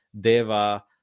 deva